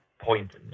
point